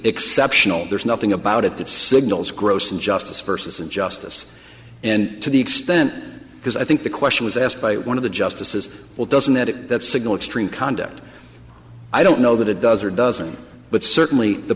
exceptional there's nothing about it that signals gross injustice versus and justice and to the extent because i think the question was asked by one of the justices well doesn't that signal extreme conduct i don't know that it does or doesn't but certainly the